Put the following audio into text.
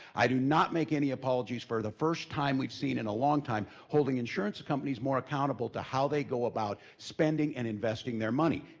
i do not make any apologies for the first time we've seen in a long time, holding insurance companies more accountable to how they go about spending and investing their money.